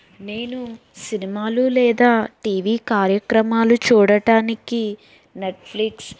నేను సినిమాలు లేదా టీవీ కార్యక్రమాలు చూడటానికి నెట్ఫ్లిక్స్ లేదా ప్రైమ్